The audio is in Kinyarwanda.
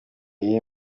iyi